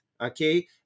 okay